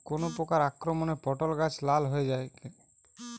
কোন প্রকার আক্রমণে পটল গাছ লাল হয়ে যায়?